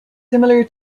similar